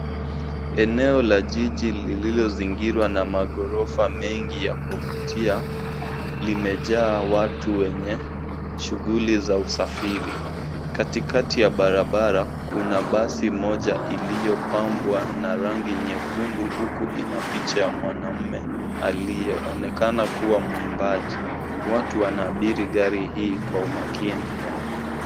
Eneo la jiji lililozingirwa na maghorofa mengi ya kuvutia, limejaa watu wenye shughuli za usafiri. Katikati ya barabara, kuna basi moja iliyopambwa na rangi nyekundu, huku ina picha ya mwanamume aliyeonekana kuwa mwimbaji. Watu wanaabiri gari hii kwa umakini.